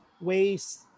ways